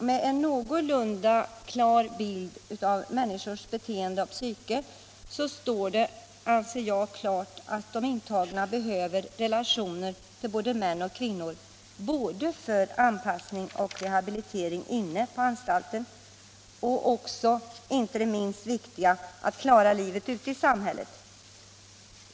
Har man någorlunda god kännedom om människors beteende och psyke står det klart, tycker jag, att de intagna behöver relationer till både män och kvinnor såväl för anpassning och rehabilitering inne på anstalten som för att — och det är inte det minst viktiga — klara livet ute i samhället.